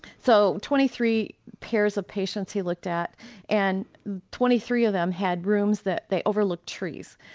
so twenty three pairs of patients he looked at and twenty three of them had rooms that they overlooked trees.